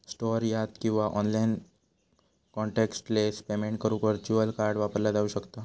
store यात किंवा online contactless payment करुक व्हर्च्युअल कार्ड वापरला जाऊ शकता